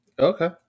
Okay